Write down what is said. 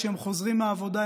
כשהם חוזרים מהעבודה,